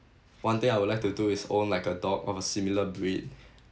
one thing I would like to do his own like a dog of a similar bread